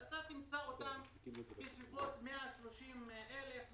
אתה תמצא אותם עם תקרה של כ-150,000-130,000.